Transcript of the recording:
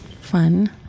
Fun